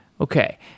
Okay